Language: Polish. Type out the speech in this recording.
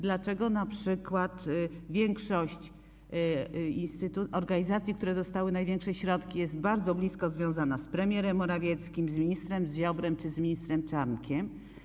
Dlaczego np. większość organizacji, które dostały największe środki, jest bardzo blisko związana z premierem Morawieckim, z ministrem Ziobrą czy z ministrem Czarnkiem?